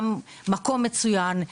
גם מקום מצוין,